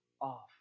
off